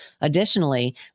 Additionally